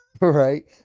right